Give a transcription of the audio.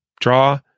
draw